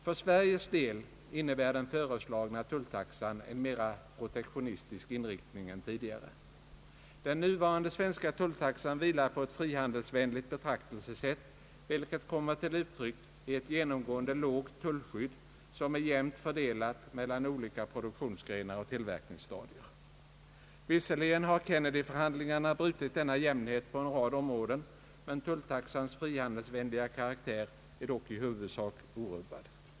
För Sveriges del innebär den föreslagna tulltaxan en mera' protektionistisk inriktning än tidigare. Den nuvarande svenska tulltaxan vilar på ett frihandelsvänligt betraktelsesätt, vilket kommer till uttryck i ett genomgående lågt tullskydd, som är jämnt fördelat mellan olika produktionsgrenar och tillverkningsstadier. Visserligen har Kennedyförhandlingarna brutit denna jämnhet på en rad områden, men tulltaxans frihandelsvänliga karaktär är dock i huvudsak orubbad.